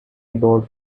bought